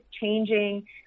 changing